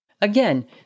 Again